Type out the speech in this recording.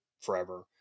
forever